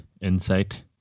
insight